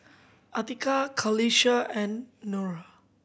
Atiqah Qalisha and Nura